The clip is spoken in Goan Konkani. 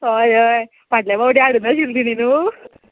हय हय फाटल्या फावटी हाडूं नाशिल्ल तिणी न्हू